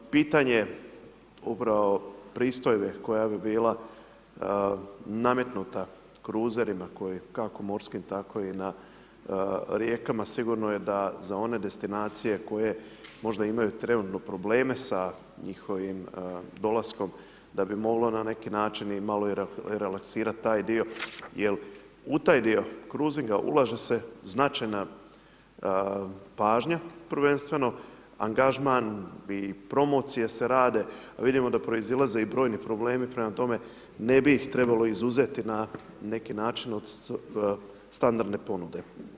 Pitanje upravo pristojbe koja bi bila nametnuta kruzerima koje kako morskim tako i na rijekama, sigurno je da za one destinacije koje možda imaju trenutno probleme sa njihovim dolaskom da bi moglo na neki način malo i relaksirati taj dio jer u taj dio cruisinga, ulaže se značajna pažnja prvenstveno, angažman i promocije se rade a vidimo da proizilaze i brojni problemi prema tome, ne bi ih trebalo izuzeti na neki način od standardne ponude.